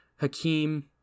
Hakeem